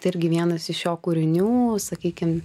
tai irgi vienas iš jo kūrinių sakykim